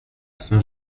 saint